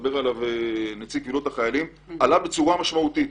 שמדבר עליו נציב קבילות החיילים עלה בצורה משמעותית.